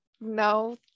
no